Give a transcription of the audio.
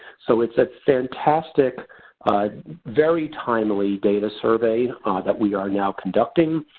so it's a fantastic very timely data survey that we are now conducting.